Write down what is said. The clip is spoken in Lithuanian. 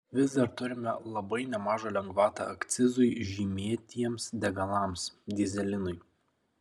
vis dar turime labai nemažą lengvatą akcizui žymėtiems degalams dyzelinui